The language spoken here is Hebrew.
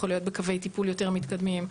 יכול להיות בקווי טיפול יותר מתקדמים,